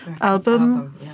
album